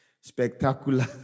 spectacular